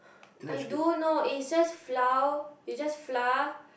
I do know is just flour it's just flour